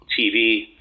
TV